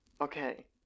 Okay